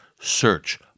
search